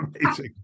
amazing